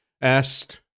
asked